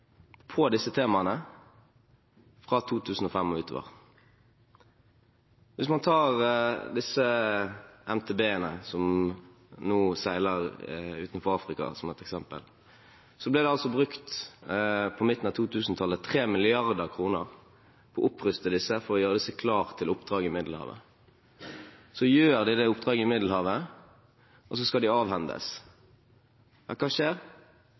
på disse temaene fra 2005 og utover. Hvis man tar disse MTB-ene, som nå seiler utenfor Afrika, som et eksempel, ble det på midten av 2000-tallet brukt 3 mrd. kr til å oppruste dem for å gjøre dem klar til oppdrag i Middelhavet. Så utfører de det oppdraget i Middelhavet, og så skal de avhendes. Men hva skjer?